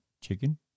Chicken